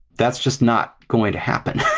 that's just not going to happen. and